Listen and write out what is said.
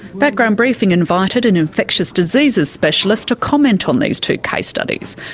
background briefing invited an infectious diseases specialist to comment on these two case studies.